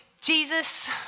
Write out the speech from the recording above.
Jesus